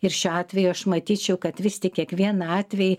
ir šiuo atveju aš matyčiau kad vis tik kiekvieną atvejį